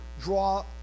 draw